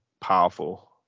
powerful